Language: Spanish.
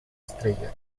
estrella